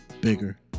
bigger